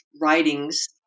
writings